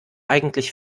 eigentlich